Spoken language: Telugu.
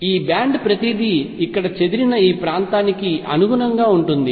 ఈ బ్యాండ్ ప్రతిదీ ఇక్కడ చెదిరిన ఈ ప్రాంతానికి అనుగుణంగా ఉంటుంది